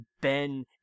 Ben